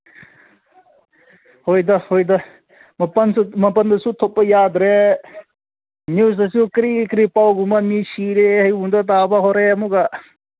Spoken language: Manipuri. ꯍꯣꯏꯗ ꯍꯣꯏꯗ ꯃꯄꯥꯟꯁꯨ ꯃꯄꯥꯟꯗꯁꯨ ꯊꯣꯛꯄ ꯌꯥꯗ꯭ꯔꯦ ꯌꯨꯝꯗꯁꯨ ꯀꯔꯤ ꯀꯔꯤ ꯄꯥꯎꯒꯨꯝꯕ ꯃꯤ ꯁꯤꯔꯦ ꯑꯩꯉꯣꯟꯗ ꯇꯥꯕ ꯍꯧꯔꯦ ꯑꯃꯨꯛꯀ